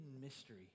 mystery